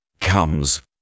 comes